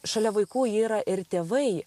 šalia vaikų yra ir tėvai